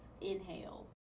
Inhale